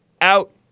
out